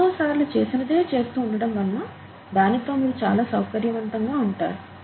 ఎన్నో సార్లు చేసినదే చేస్తూ ఉండటం వలన దానితో మీరు చాలా సౌకర్యవంతంగా ఉంటారు